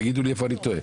תגידו לי איפה אני טועה?